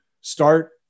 start